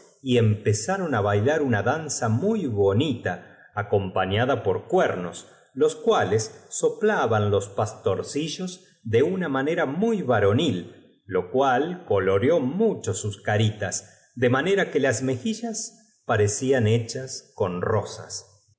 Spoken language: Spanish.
y empezaron á bailur una danza muy bonita acompaiíada por cuernos los cuales soplaban los paslorcillos de una manera bosquecillo delicioso que se extendía de muy varonil lo cual coloreó mucho sus lantc de ella aquel bosque que hubiese caritas de manera que las mejillas pansido muy oscuro sin la multitud de luces cían hechas con rosas